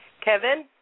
Kevin